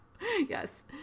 yes